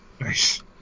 Nice